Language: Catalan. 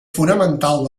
fonamental